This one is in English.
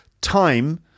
time